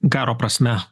karo prasme